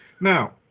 Now